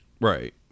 Right